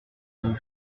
veut